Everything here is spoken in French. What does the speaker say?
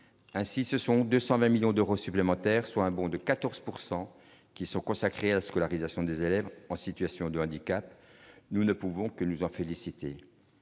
ainsi ce sont 220 millions d'euros supplémentaires, soit un bond de 14 pourcent qui sont consacrés à scolarisation des élèves en situation de handicap, nous ne pouvons que nous en féliciter,